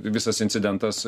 visas incidentas